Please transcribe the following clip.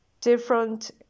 different